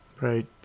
Right